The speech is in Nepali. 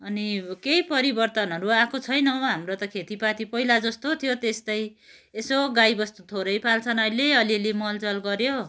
अनि केही परिवर्तनहरू आएको छैन हाम्रो त खेतीपाती पहिला जस्तो थियो त्यस्तै यसो गाईवस्तु थोरै पाल्छन् आहिले अलिअलि मलजल गऱ्यो